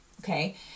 Okay